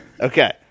Okay